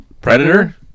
Predator